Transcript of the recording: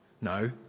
No